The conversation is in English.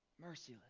Merciless